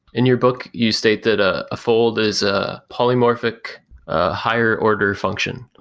in your book you state that ah a fold is a polymorphic higher order function.